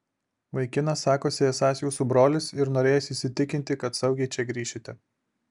vaikinas sakosi esąs jūsų brolis ir norėjęs įsitikinti kad saugiai čia grįšite